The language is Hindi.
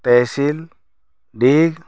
तहसील डीग